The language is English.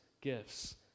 gifts